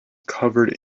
covered